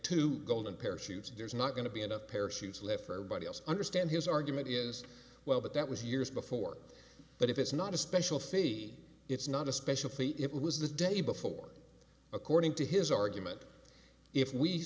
two golden parachutes there's not going to be enough parachutes left for everybody else understand his argument is well but that was years before but if it's not a special fee it's not a special feat it was the day before according to his argument if we